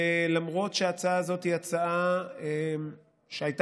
ולמרות שההצעה הזאת היא הצעה שהייתה